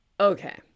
Okay